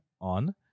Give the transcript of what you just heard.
on